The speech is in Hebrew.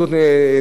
היו קליינטים,